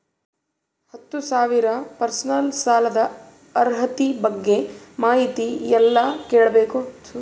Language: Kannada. ಹತ್ತು ಸಾವಿರ ಪರ್ಸನಲ್ ಸಾಲದ ಅರ್ಹತಿ ಬಗ್ಗೆ ಮಾಹಿತಿ ಎಲ್ಲ ಕೇಳಬೇಕು?